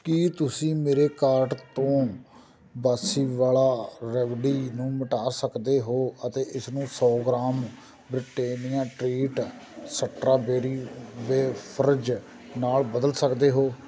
ਕੀ ਤੁਸੀਂ ਮੇਰੇ ਕਾਰਟ ਤੋਂ ਬਾਸੀਵਾਲਾ ਰੈਵਡੀ ਨੂੰ ਮਿਟਾ ਸਕਦੇ ਹੋ ਅਤੇ ਇਸ ਨੂੰ ਸੌ ਗ੍ਰਾਮ ਬ੍ਰਿਟੇਨੀਆ ਟਰੀਟ ਸਟਰਾਬੇਰੀ ਦੇ ਫਰਜ ਨਾਲ ਬਦਲ ਸਕਦੇ ਹੋ